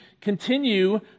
continue